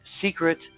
secret